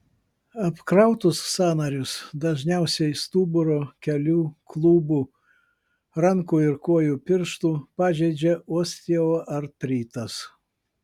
apkrautus sąnarius dažniausiai stuburo kelių klubų rankų ir kojų pirštų pažeidžia osteoartritas